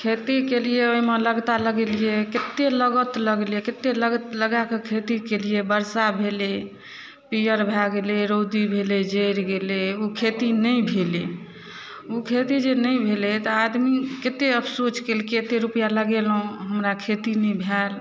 खेती कयलियै ओइमे लगता लगेलियै कते लागत लगेलियै कते लागत लगाकऽ खेती कयलिये वर्षा भेलै पियर भए गेलै रौदी भेलै जे जड़ि गेलै ओ खेती नहि भेलै उ खेती जे नहि भेलै आदमी कते अफसोस कयलकै एते रुपैआ लगेलहुँ हमरा खेती नहि भेल